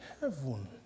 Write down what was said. Heaven